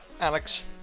alex